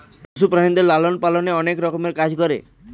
পশু প্রাণীদের লালন পালনে অনেক রকমের কাজ করে